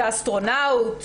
יש אסטרונאוט ונסיכה.